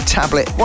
tablet